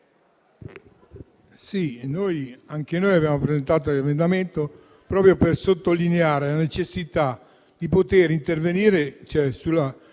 anche noi abbiamo presentato un emendamento proprio per sottolineare la necessità di intervenire e alzare